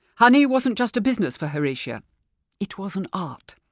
honey wasn't just a business for horatia it was an art.